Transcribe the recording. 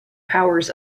powers